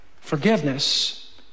Forgiveness